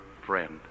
friend